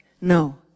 No